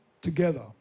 together